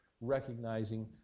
recognizing